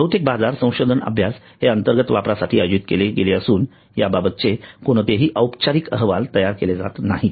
बहुतेक बाजार संशोधन अभ्यास हे अंतर्गत वापरासाठी आयोजित केले गेले असून त्याबाबतचे कोणतेही औपचारिक अहवाल तयार केले गेले नाहीत